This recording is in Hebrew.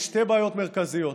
יש שתי בעיות מרכזיות.